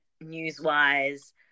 news-wise